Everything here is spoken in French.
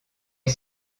est